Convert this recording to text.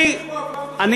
אבל